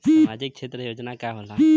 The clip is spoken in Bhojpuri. सामाजिक क्षेत्र योजना का होला?